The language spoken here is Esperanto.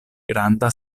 granda